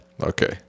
Okay